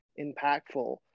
impactful